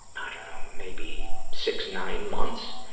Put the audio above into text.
i don't know, maybe six, nine months,